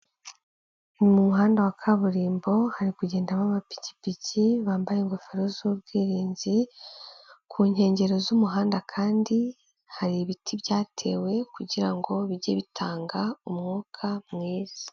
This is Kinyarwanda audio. Mu muhanda wa kaburimbo hari kugendamo amapikipiki bambaye ingofero z'ubwirinzi, ku nkengero z'umuhanda kandi hari ibiti byatewe kugira ngo bijye bitanga umwuka mwiza.